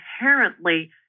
inherently